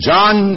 John